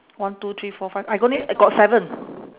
one two three four five I got only I got seven